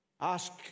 Ask